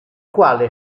quale